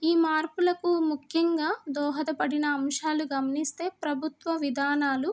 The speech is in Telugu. ఈ మార్పులకు ముఖ్యంగా దోహదపడిన అంశాలు గమనిస్తే ప్రభుత్వ విధానాలు